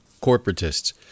corporatists